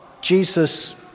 Jesus